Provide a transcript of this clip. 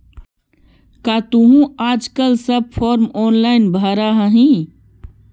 का तुहूँ आजकल सब फॉर्म ऑनेलाइन भरऽ हही?